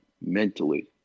mentally